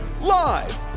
Live